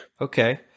Okay